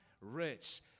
rich